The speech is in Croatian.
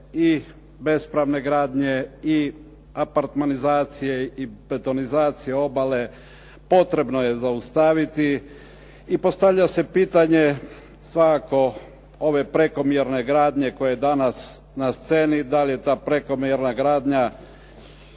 i bespravne gradnje i apartmanizacije i betonizacije obale potrebno je zaustaviti i postavlja se pitanje svakako ove prekomjerne gradnje koje je danas na sceni, da li je ta prekomjerna gradnja